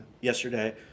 yesterday